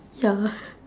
ya